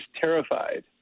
terrified